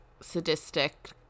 sadistic